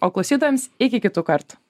o klausytojams iki kitų kartų